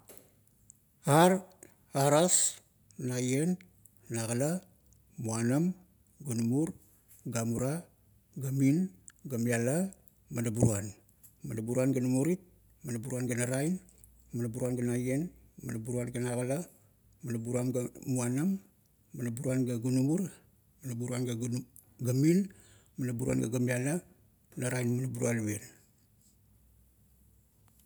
Ar, aras, naien, nagala, muanan, gunumur, gamura, gamin, gamiala, manaburuan. Manaburuan, ga namurit, manaburuan ga narain, manaburuan ga naien, manaburuan ga nagala, manaburuan ga muanam, manaburuan ga gunumur, manaburuan ga gunu, gamin, manaburuan ga gamiala narain manaburualapien.